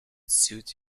suit